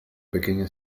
pequeña